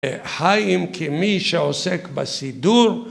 חיים כמי שעוסק בסידור